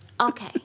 Okay